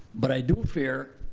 but i do fear